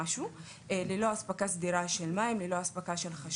ללא אספקה סדירה של מים וחשמל,